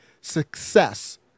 success